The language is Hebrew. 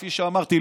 כפי שאמרתי,